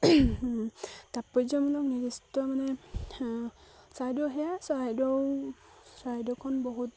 তাপৰ্যমূলক নিৰ্দিষ্ট মানে চৰাইদেউ সেয়া চৰাইদেউ চৰাইদেউখন বহুত